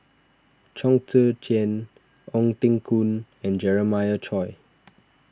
Chong Tze Chien Ong Teng Koon and Jeremiah Choy